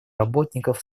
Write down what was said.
работников